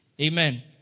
Amen